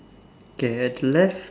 k at left